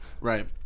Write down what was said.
right